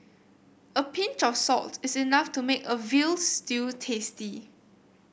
a pinch of salt is enough to make a veal stew tasty